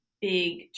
big